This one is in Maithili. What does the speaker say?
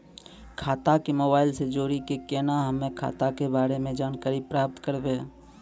खाता के मोबाइल से जोड़ी के केना हम्मय खाता के बारे मे जानकारी प्राप्त करबे?